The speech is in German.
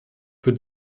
für